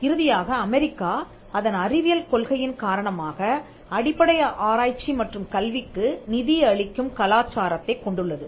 இறுதியாக அமெரிக்கா அதன் அறிவியல் கொள்கையின் காரணமாக அடிப்படை ஆராய்ச்சி மற்றும் கல்விக்கு நிதி அளிக்கும் கலாச்சாரத்தை கொண்டுள்ளது